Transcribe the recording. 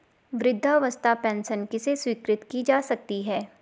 वृद्धावस्था पेंशन किसे स्वीकृत की जा सकती है?